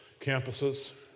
campuses